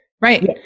Right